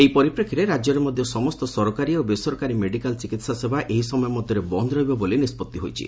ଏହି ପରିପ୍ରେକ୍ଷୀରେ ରାଜ୍ୟରେ ମଧ୍ୟ ସମସ୍ତ ସରକାରୀ ଓ ବେସରକାରୀ ମେଡ଼ିକାଲ ଚିକିହା ସେବା ଏହି ସମୟ ମଧ୍ୟରେ ବନ୍ଦ ରହିବ ବୋଲି ନିଷ୍ବଉି ହୋଇଛି